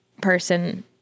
person